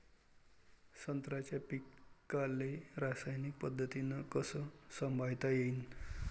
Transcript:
संत्र्याच्या पीकाले रासायनिक पद्धतीनं कस संभाळता येईन?